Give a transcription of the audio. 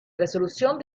resolución